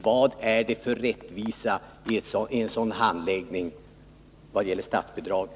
Vad är det för rättvisa i en sådan handläggning vad gäller statsbidraget?